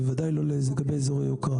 ודאי לא לגבי אזורי יוקרה.